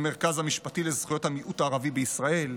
המרכז המשפטי לזכויות המיעוט הערבי בישראל,